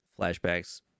flashbacks